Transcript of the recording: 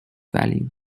value